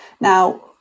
Now